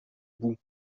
bout